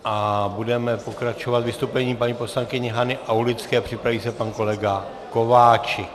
A budeme pokračovat vystoupením paní poslankyně Hany Aulické, připraví se pan kolega Kováčik.